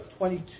22